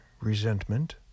resentment